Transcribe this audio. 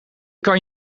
kan